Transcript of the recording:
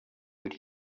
would